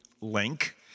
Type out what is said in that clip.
link